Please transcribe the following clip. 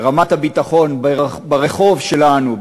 רמת הביטחון ברחוב שלנו,